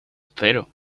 cero